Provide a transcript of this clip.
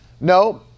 No